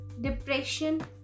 Depression